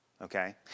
Okay